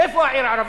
איפה העיר הערבית?